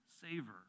savor